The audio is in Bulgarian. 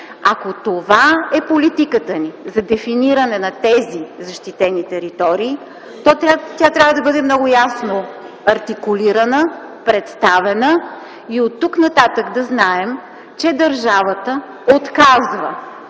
Ако това е политиката ни за дефиниране на тези защитени територии, то тя трябва да бъде много ясно артикулирана, представена и оттук нататък да знаем, че държавата отказва